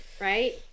right